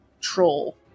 troll